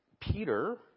Peter